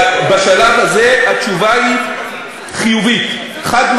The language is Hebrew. אינו נוכח האם יש באולם חברי כנסת שלא